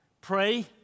Pray